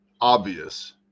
obvious